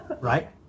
right